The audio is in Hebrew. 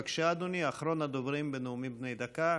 בבקשה, אדוני, אחרון הדוברים בנאומים בני דקה,